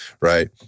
right